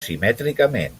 simètricament